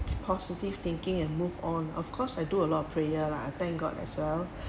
positive thinking and move on of course I do a lot of prayer lah I thank god as well